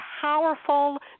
powerful